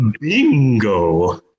bingo